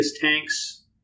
tanks